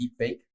deepfake